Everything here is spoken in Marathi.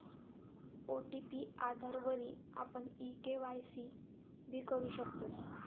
ओ.टी.पी आधारवरी आपण ई के.वाय.सी भी करु शकतस